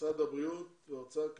משרד הבריאות והאוצר,